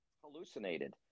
hallucinated